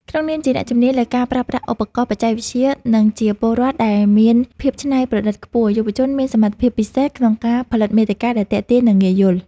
ក្នុងនាមជាអ្នកជំនាញលើការប្រើប្រាស់ឧបករណ៍បច្ចេកវិទ្យា និងជាពលរដ្ឋដែលមានភាពច្នៃប្រឌិតខ្ពស់ យុវជនមានសមត្ថភាពពិសេសក្នុងការផលិតមាតិកាដែលទាក់ទាញ និងងាយយល់។